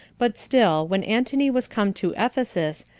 but still, when antony was come to ephesus,